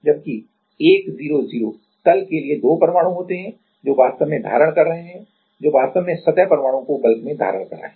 जबकि 1 0 0 तल के लिए दो परमाणु होते हैं जो वास्तव में धारण कर रहे हैं जो वास्तव में सतह परमाणु को बल्क में धारण कर रहे हैं